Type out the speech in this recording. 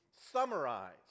summarize